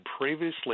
previously